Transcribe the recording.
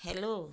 hello